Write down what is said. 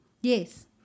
Yes